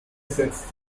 setzt